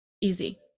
easy